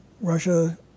Russia